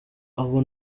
abo